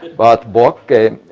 bart bok,